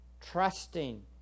trusting